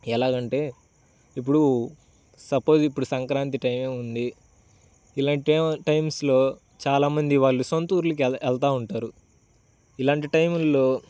ఎలా అంటే ఇప్పుడు సపోజ్ ఇప్పుడు సంక్రాంతి టైమే ఉంది ఇలాంటి టైమ్స్లో చాలా మంది వాళ్ళు సొంత ఊళ్ళకి వెళ్తూ ఉంటారు ఇలాంటి టైముల్లో